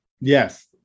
Yes